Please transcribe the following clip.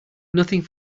nothing